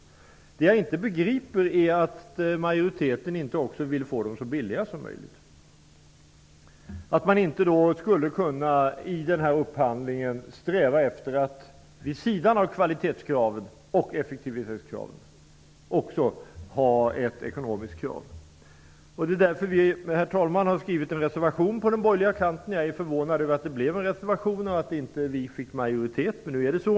Det jag inte begriper är att majoriteten inte också vill få dem så billiga som möjligt, att man inte i upphandlingen, vid sidan av kvalitets och effektivitetskraven, också skall ställa ekonomiska krav. Därför har vi på den borgerliga kanten skrivit en reservation. Jag är förvånad över att det blev en reservation, att vi alltså inte fick majoritet, men nu är det så.